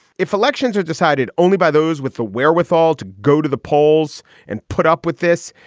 if elections are decided only by those with the wherewithal to go to the polls and put up with this,